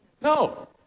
No